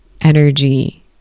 energy